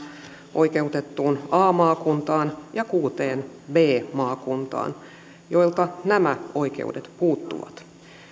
oikeutettuun a maakuntaan ja kuuteen b maakuntaan joilta nämä oikeudet puuttuvat